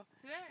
Today